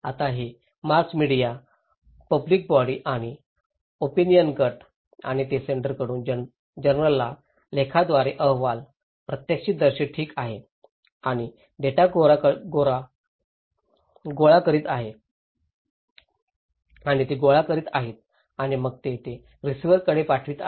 आता हे mass media public body आणि ओपिनिअन गट आणि ते सेंडर कडून जर्नलच्या लेखांद्वारे अहवाल प्रत्यक्षदर्शी ठीक आहे आणि डेटा गोळा करीत आहेत आणि ते गोळा करीत आहेत आणि मग ते ते रिसीव्हरकडे पाठवित आहेत